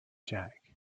jack